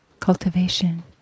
cultivation